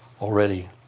already